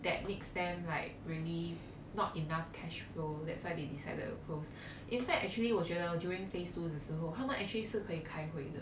that makes them like really not enough cash flow that's why they decided to close in fact actually 我觉得 during phase two 的时候他们 actually 是可以开回的